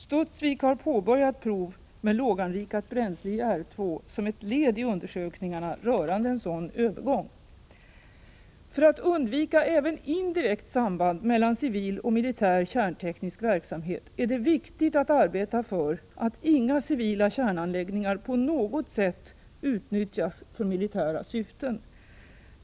Studsvik har påbörjat prov med låganrikat bränsle i R2 som ett led i undersökningarna rörande en sådan övergång. För att undvika även indirekt samband mellan civil och militär kärnteknisk verksamhet är det viktigt att arbeta för att inga civila kärnanläggningar på något sätt utnyttjas för militära syften.